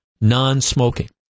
non-smoking